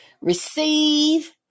receive